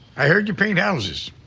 i heard you paint houses.